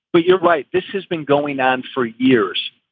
but you're right, this has been going on for years.